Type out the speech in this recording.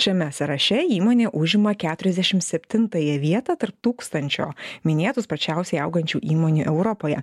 šiame sąraše įmonė užima keturiasdešimt septintąją vietą tarp tūkstančio minėtų sparčiausiai augančių įmonių europoje